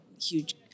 huge